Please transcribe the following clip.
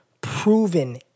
proven